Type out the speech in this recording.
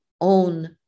own